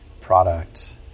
product